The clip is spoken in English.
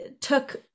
took